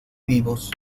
vivos